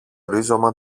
ρίζωμα